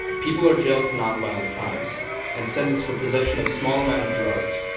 people are jailed for non-violent crimes and sentenced for possession of small amount of drugs.